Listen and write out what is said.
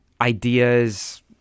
ideas